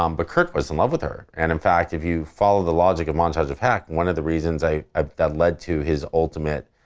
um but kurt was in love with her and in fact, if you follow the logic of montage of heck, one of the reasons ah that lead to his ultimate,